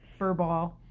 furball